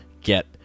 get